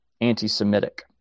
anti-Semitic